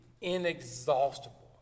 inexhaustible